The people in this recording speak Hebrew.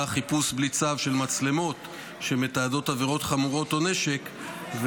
חיפוש בלי צו של מצלמות שמתעדות עבירות חמורות או נשק,